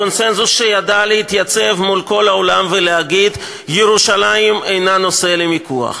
הקונסנזוס שידע להתייצב מול כל העולם ולהגיד: ירושלים אינה נושא למיקוח.